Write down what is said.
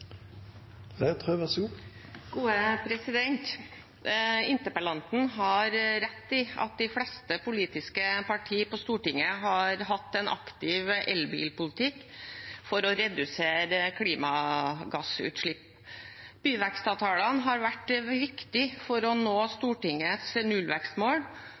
Interpellanten har rett i at de fleste politiske partier på Stortinget har hatt en aktiv elbilpolitikk for å redusere klimagassutslippene. Byvekstavtalene har vært viktige for å nå Stortingets nullvekstmål